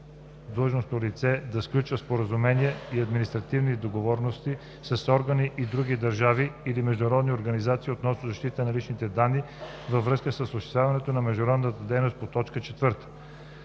длъжностно лице да сключва споразумения и административни договорености с органи на други държави или международни организации относно защитата на личните данни във връзка с осъществяване на международната дейност по т.